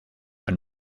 and